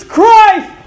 Christ